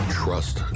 trust